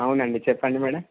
అవునండి చెప్పండి మేడం